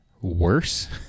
worse